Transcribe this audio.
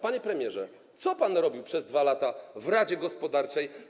Panie premierze, co pan robił przez 2 lata w radzie gospodarczej?